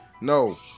No